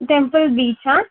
temple beach